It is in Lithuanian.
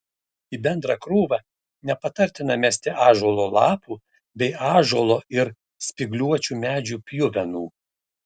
į bendrą krūvą nepatartina mesti ąžuolo lapų bei ąžuolo ir spygliuočių medžių pjuvenų